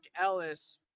Ellis